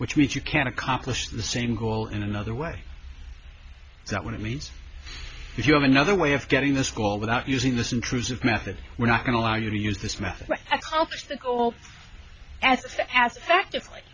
which means you can accomplish the same goal in another way that when it means you have another way of getting this goal without using this intrusive method we're not going to allow you to use this method but the goal has act